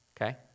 okay